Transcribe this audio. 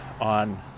on